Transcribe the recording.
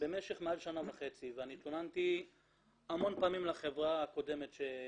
במשך מעל שנה וחצי והתלוננתי המון פעמים לחברה הקודמת.